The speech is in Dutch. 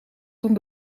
toen